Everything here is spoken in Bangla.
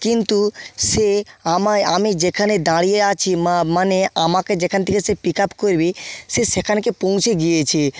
কিন্তু সে আমায় আমি যেখানে দাঁড়িয়ে আছি মানে আমাকে যেখান থেকে সে পিক আপ করবে সে সেখানকে পৌঁছে গিয়েছে